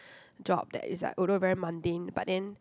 job that is like although very mundane but then